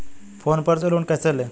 Phone पर से loan कैसे लें?